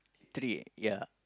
three ya